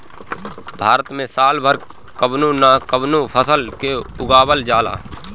भारत में साल भर कवनो न कवनो फसल के उगावल जाला